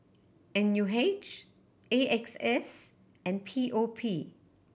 N U H A X S and P O P